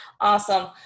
Awesome